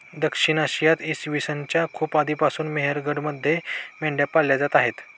दक्षिण आशियात इसवी सन च्या खूप आधीपासून मेहरगडमध्ये मेंढ्या पाळल्या जात असत